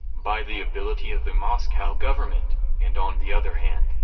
by the ability of the moscow government, and on the other hand,